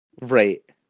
Right